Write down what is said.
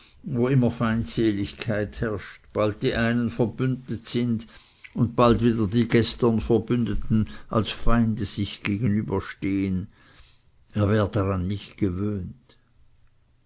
wo immer feindseligkeit herrscht bald die einen verbündet sind und bald wieder die gestern verbündeten als feinde sich gegenüberstehen er war daran nicht gewohnt